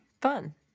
Fun